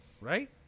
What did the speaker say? right